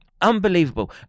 Unbelievable